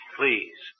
please